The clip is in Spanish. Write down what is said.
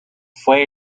fue